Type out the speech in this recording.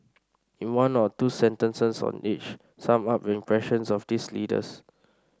in one or two sentences on each sum up your impressions of these leaders